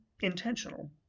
intentional